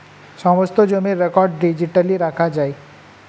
সমস্ত জমির record digitally রাখা যায়